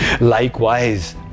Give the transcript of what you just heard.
Likewise